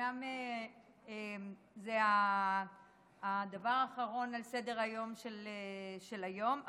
אומנם זה הדבר האחרון על סדר-היום של היום,